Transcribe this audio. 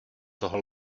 toho